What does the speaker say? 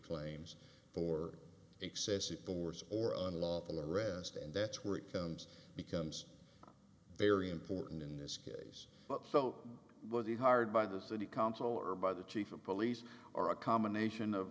claims for excessive force or unlawful arrest and that's where it comes becomes very important in this case but so was he hired by the city council or by the chief of police or a combination of